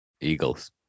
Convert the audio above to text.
Eagles